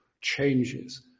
changes